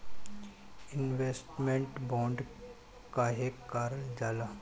Investment bond काहे कारल जाला?